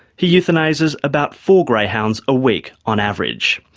he euthanases about four greyhounds a week on average.